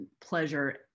pleasure